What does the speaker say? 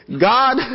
god